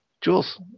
Jules